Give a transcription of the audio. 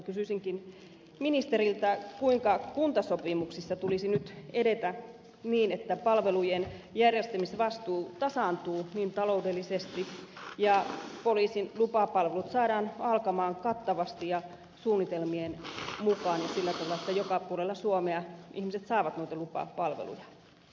kysyisinkin ministeriltä kuinka kuntasopimuksissa tulisi nyt edetä niin että palvelujen järjestämisvastuu tasaantuu taloudellisesti ja poliisin lupapalvelut saadaan alkamaan kattavasti ja suunnitelmien mukaan ja sillä tavalla että joka puolella suomea ihmiset saavat lupapalveluja